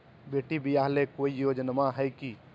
बेटी ब्याह ले कोई योजनमा हय की?